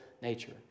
nature